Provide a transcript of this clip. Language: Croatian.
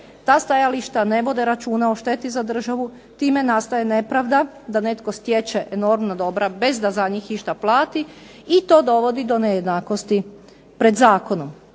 Ta stajališta ne vode računa o šteti za državu, time nastaje nepravda da netko stječe enormna dobra bez da za njih išta plati i to dovodi do nejednakosti pred zakonom.